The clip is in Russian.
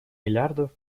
миллиардов